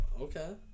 Okay